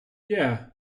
yeah